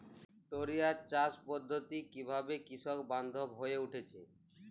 টোরিয়া চাষ পদ্ধতি কিভাবে কৃষকবান্ধব হয়ে উঠেছে?